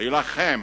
להילחם